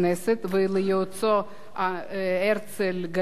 וליועצו הרצל גליצקי.